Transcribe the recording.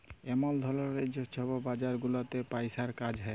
এমল ধরলের যে ছব বাজার গুলাতে পইসার কাজ হ্যয়